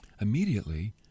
Immediately